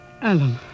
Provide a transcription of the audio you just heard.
Alan